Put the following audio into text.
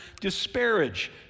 disparage